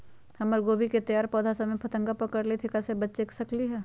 हमर गोभी के तैयार पौधा सब में फतंगा पकड़ लेई थई एकरा से हम कईसे बच सकली है?